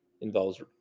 involves